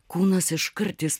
kūnas iškart jis